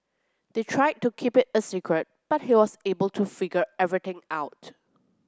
they tried to keep it a secret but he was able to figure everything out